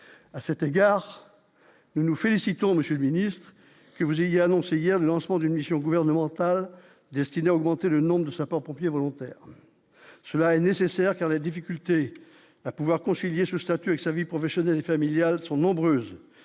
à cet égard nous nous félicitons Monsieur le Ministre, que vous il y a annoncé hier le lancement d'une mission gouvernementale destinée à augmenter le nombre de sapeurs-pompiers volontaires, cela est nécessaire car les difficultés à pouvoir concilier ce statut et sa vie professionnelle et familiale sont nombreuses,